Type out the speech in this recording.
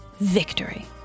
Victory